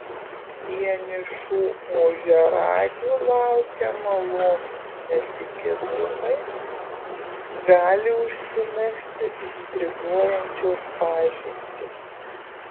vienišų ožiaragių laukia malonūs netikėtumai gali užsimegzti intriguojančios pažintys